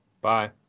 Bye